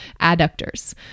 adductors